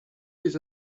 les